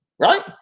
right